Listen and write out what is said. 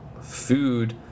food